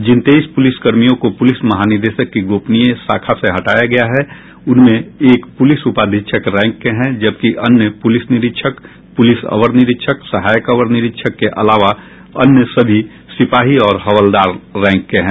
जिन तेईस पुलिसकर्मियों को पुलिस महानिदेशक की गोपनीय शाखा से हटाया गया है उनमें एक पुलिस उपाधीक्षक रैंक के हैं जबकि अन्य पुलिस निरीक्षक पुलिस अवर निरीक्षक सहायक अवर निरीक्षक के अलावा अन्य सभी सिपाही और हवलदार रैंक के हैं